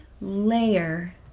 layer